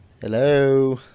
Hello